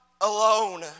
alone